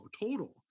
total